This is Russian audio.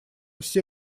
все